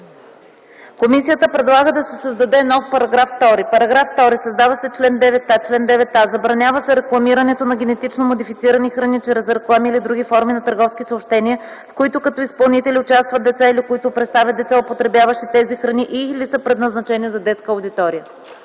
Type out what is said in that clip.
Комисията предлага да се създаде нов § 2: „§ 2. Създава се чл. 9а: „Чл. 9а. Забранява се рекламирането на генетично модифицирани храни чрез реклами или други форми на търговски съобщения, в които като изпълнители участват деца или които представят деца, употребяващи тези храни, и/или са предназначени за детска аудитория.”